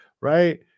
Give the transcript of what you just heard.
right